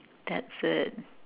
that's it